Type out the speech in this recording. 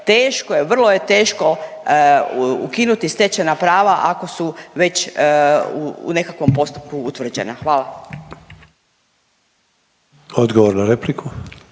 teško je, vrlo je teško ukinuti stečena prava ako su već u nekakvom postupku utvrđena. Hvala. **Sanader,